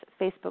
Facebook